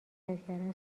کردن